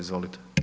Izvolite.